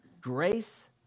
grace